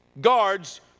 guards